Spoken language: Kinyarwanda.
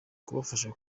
kubafasha